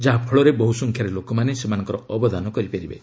ଯାହାଫଳରେ ବହୁ ସଂଖ୍ୟାରେ ଲୋକମାନେ ସେମାନଙ୍କର ଅବଦାନ କରିପାରିବେ